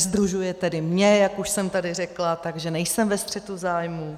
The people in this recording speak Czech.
Nesdružuje tedy mě, jak už jsem tady řekla, takže nejsem ve střetu zájmů.